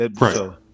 right